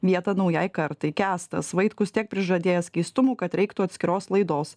vietą naujai kartai kęstas vaitkus tiek prižadėjęs keistumų kad reiktų atskiros laidos